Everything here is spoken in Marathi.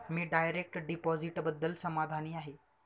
मी डायरेक्ट डिपॉझिटबद्दल समाधानी आहे